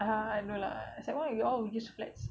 !huh! no lah sec one we all used flats